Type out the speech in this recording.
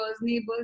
neighbors